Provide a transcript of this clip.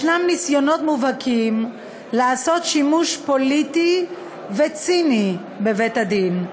יש ניסיונות מובהקים להשתמש שימוש פוליטי וציני בבית-הדין,